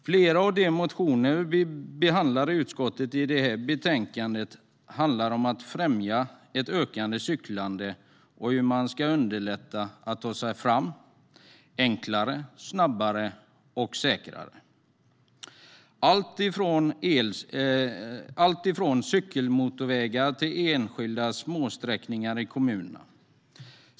Flera av de motioner vi behandlar i utskottet och i det här betänkandet handlar om att främja ett ökat cyklande och om hur man ska underlätta, så att det går att ta sig fram enklare, snabbare och säkrare. Det handlar om allt från cykelmotorvägar till enskilda små sträckor i kommunerna.